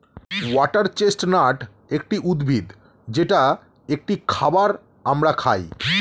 water chestnut একটি উদ্ভিদ যেটা একটি খাবার আমরা খাই